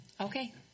Okay